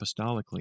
apostolically